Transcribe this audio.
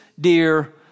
dear